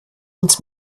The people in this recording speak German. uns